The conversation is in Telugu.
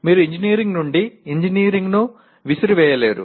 కానీ మీరు ఇంజనీరింగ్ నుండి ఇంజనీరింగ్ను విసిరి వేయలేరు